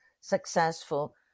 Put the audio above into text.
successful